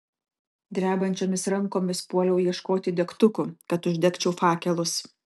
drebančiomis rankomis puoliau ieškoti degtukų kad uždegčiau fakelus